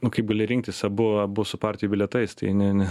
nu kaip gali rinktis abu abu su partijų bilietais tai ne ne